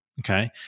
Okay